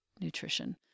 nutrition